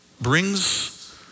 brings